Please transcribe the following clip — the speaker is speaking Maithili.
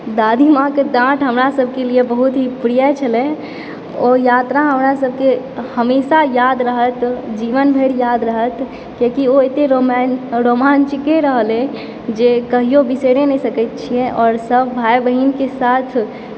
दादीमाँकऽ डाँट हमरा सभके लिअ बहुत ही प्रिय छलय ओ यात्रा हमरा सभके हमेशा याद रहत जीवन भरि याद रहत किआकि ओ एतय रोमन रोमाञ्चके रहलै जे कहिओ बिसरि नहि सकैत छियै आओर सभ भाइ बहिनके साथ